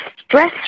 stress